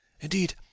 Indeed